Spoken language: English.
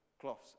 cloths